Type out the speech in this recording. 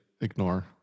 ignore